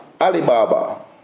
alibaba